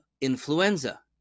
influenza